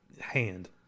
hand